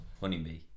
honeybee